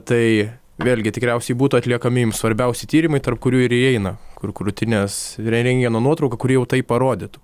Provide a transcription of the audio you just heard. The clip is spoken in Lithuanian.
tai vėlgi tikriausiai būtų atliekami jums svarbiausi tyrimai tarp kurių ir įeina kur krūtines rentgeno nuotrauka kuri jau tai parodytų